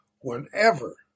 whenever